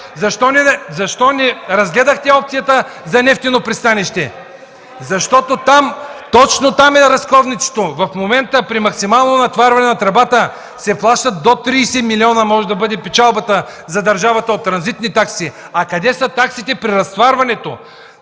Защо не разгледахте опцията за нефтено пристанище?! Точно там е разковничето. В момента при максимално натоварване на тръбата до 30 милиона може да бъде печалбата за държавата от транзитни такси. А къде са таксите при разтоварването,